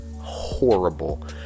horrible